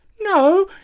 no